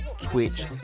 Twitch